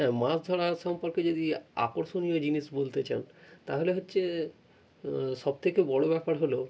হ্যাঁ মাছ ধরার সম্পর্কে যদি আকর্ষণীয় জিনিস বলতে চান তাহালে হচ্ছে সব থেকে বড়ো ব্যাপার হলো